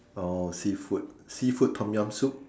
oh seafood seafood Tom-Yum soup